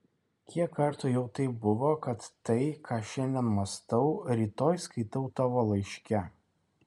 kiek kartų jau taip buvo kad tai ką šiandien mąstau rytoj skaitau tavo laiške